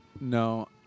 No